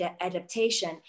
adaptation